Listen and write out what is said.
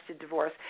divorce